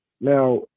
Now